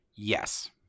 yes